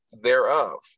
thereof